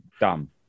done